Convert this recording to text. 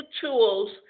tools